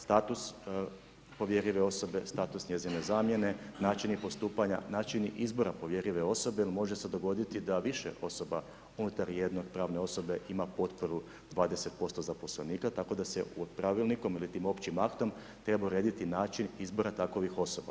Status povjerljive osobe, status njezine zamjene, načini postupanja, načini izbora povjerljive osobe jer može se dogoditi da više osoba unutar jedne pravne osobe ima potporu 20% zaposlenika, tako da se pravilnikom ili nekim općim aktom treba urediti način izbora takovih osoba.